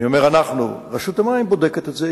אני אומר "אנחנו" רשות המים בודקת את זה,